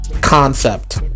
concept